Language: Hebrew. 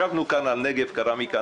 ישבנו כאן לדיון על נגב קרמיקה.